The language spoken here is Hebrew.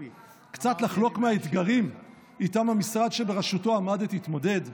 קצת לחלוק מהאתגרים שאיתם המשרד שבראשותו עמדת התמודד?